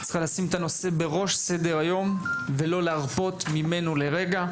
צריכה לשים את הנושא בראש סדר היום ולא להרפות ממנו לרגע.